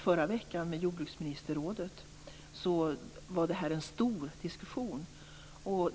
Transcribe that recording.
Vid mötet med jordbruksministerrådet i förra veckan var det en stor diskussion.